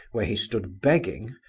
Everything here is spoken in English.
where he stood begging,